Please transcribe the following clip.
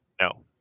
no